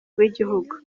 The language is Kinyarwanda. rw’igihugu